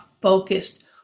focused